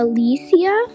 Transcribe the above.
Alicia